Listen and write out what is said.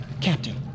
Captain